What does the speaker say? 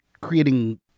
creating